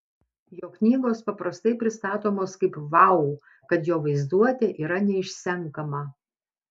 jo knygos paprastai pristatomos kaip vau kad jo vaizduotė yra neišsenkama